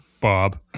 bob